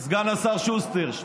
סגן השר שוסטר,